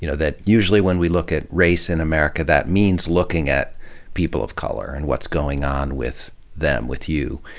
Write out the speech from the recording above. you know that usually when we look at race in america that means looking at people of color and what's going on with them, with you.